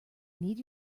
need